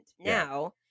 now